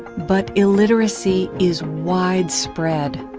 but illiteracy is widespread,